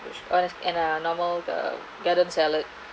which was and a normal the garden salad